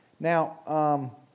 Now